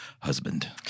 husband